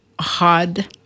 hard